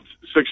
six